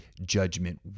Judgment